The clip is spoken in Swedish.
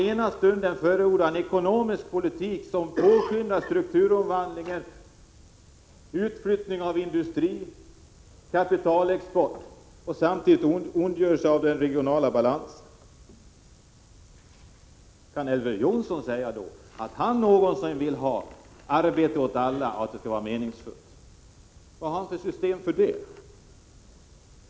Elver Jonsson förordar en ekonomisk politik som påskyndar strukturomvandling, utflyttning av industri, kapitalexport, och samtidigt ondgör han sig över den regionala obalansen. Kan Elver Jonsson säga att han någonsin vill ha arbete åt alla och att detta arbete skall vara meningsfullt? Vad har han för system för det?